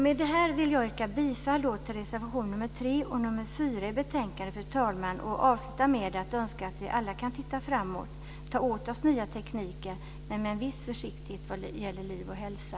Med detta vill jag yrka bifall till reservationerna nr 3 och nr 4 i betänkandet och avsluta med att önska att vi alla kan se framåt och ta åt oss nya tekniker men med en viss försiktighet vad gäller liv och hälsa.